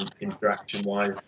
interaction-wise